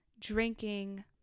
drinking